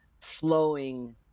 flowing